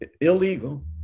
illegal